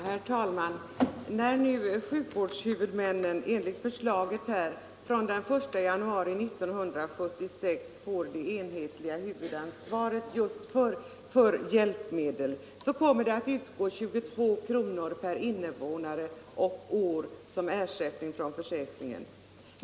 Herr talman! När nu sjukvårdshuvudmännen enligt förslaget från den 1 januari 1976 får det egentliga huvudansvaret för hjälpmedel kommer det att utgå 22 kr. per invånare och år som ersättning från försäkringen.